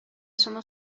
sono